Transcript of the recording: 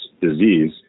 disease